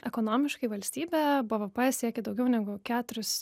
ekonomiškai valstybė bvp siekia daugiau negu keturis